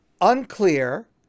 unclear